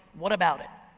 what about it?